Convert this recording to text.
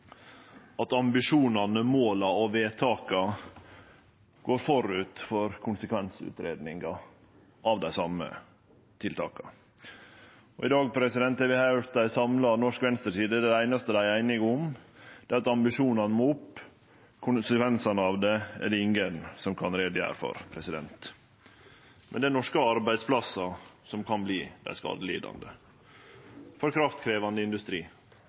ambisjonane, måla og vedtaka går føre konsekvensutgreiinga av dei same tiltaka. I dag har vi høyrt ei samla norsk venstreside der det einaste dei er einige om, er at ambisjonane må opp. Konsekvensane av det er det ingen som kan gjere greie for. Men norske arbeidsplassar kan verte skadelidande, som kraftkrevjande industri,